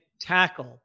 tackle